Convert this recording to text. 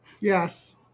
yes